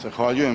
Zahvaljujem.